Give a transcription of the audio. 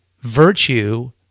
virtue